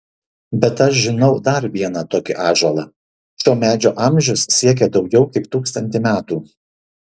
bet aš žinau dar vieną tokį ąžuolą šio medžio amžius siekia daugiau kaip tūkstantį metų